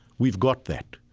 we've got that.